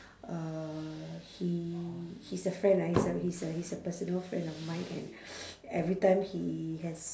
uh he he's a friend ah he's a he's a he's a personal friend of mine and every time he has